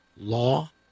law